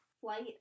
flight